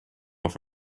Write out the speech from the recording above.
off